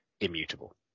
immutable